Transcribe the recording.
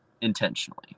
intentionally